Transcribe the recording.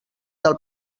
del